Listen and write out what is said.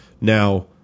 Now